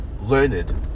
learned